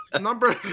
number